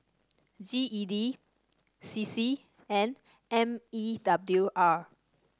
G E D C C and M E W R